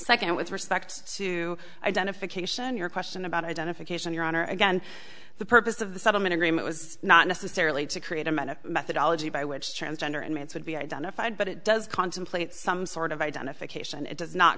second with respect to identification your question about identification your honor again the purpose of the settlement agreement was not necessarily to create a man a methodology by which transgender inmates would be identified but it does contemplate some sort of identification it does not